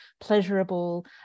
pleasurable